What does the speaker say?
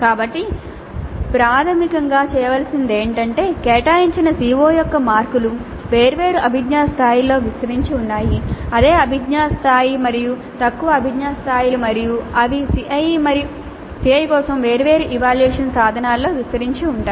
కాబట్టి ప్రాథమికంగా చేయవలసినది ఏమిటంటే కేటాయించిన CO యొక్క మార్కులు వేర్వేరు అభిజ్ఞా స్థాయిలలో విస్తరించి ఉన్నాయి అదే అభిజ్ఞా స్థాయి మరియు తక్కువ అభిజ్ఞా స్థాయిలు మరియు అవి CIE కోసం వేర్వేరు ఎవాల్యూయేషన్ సాధనాలలో విస్తరించి ఉంటాయి